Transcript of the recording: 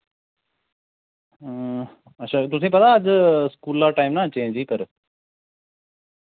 अच्छा ते तुसें पता अज्ज स्कूला दा टाइम ना चेंज ही कर